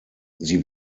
sie